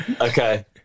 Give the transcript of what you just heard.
okay